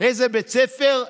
איזה בית ספר,